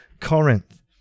Corinth